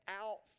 out